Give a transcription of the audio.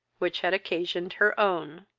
which had occasioned her own.